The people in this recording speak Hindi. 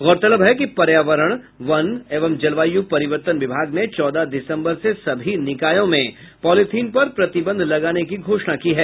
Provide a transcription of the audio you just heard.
गौरतलब है कि पर्यावरण वन एवं जलवायु परिवर्तन विभाग ने चौदह दिसम्बर से सभी निकायों में पॉलीथिन पर प्रतिबंध लगाने की घोषणा की है